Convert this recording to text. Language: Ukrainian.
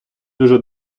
дуже